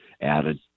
added